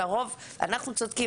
לרוב אנחנו צודקים,